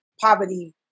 poverty